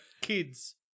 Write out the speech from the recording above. kids